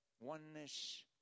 oneness